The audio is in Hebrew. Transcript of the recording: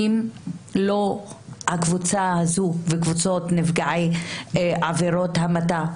אם לא הקבוצה הזו וקבוצות נפגעי עבירות המתה,